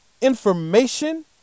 information